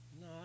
No